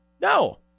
No